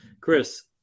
Chris